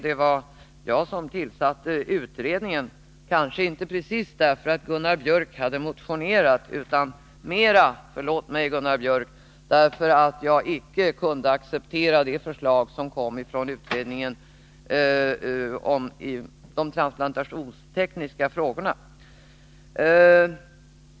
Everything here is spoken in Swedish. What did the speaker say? Det var jag som tillsatte utredningen, kanske inte precis därför att Gunnar Biörck i Värmdö hade motionerat utan mera — förlåt mig, Gunnar Biörck — därför att jag icke kunde acceptera utredningens förslag i de transplantationstekniska frågorna.